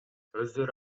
өздөрү